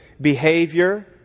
behavior